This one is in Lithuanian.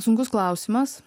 sunkus klausimas